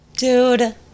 Dude